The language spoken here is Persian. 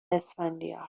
اسفندیار